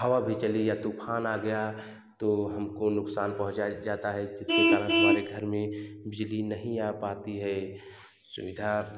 हवा भी चले या तूफान आ गया तो हमको नुकसान पहुँचाया जाता है जिसके कारण हमारे घर में बिजली नहीं आ पाती है सुविधा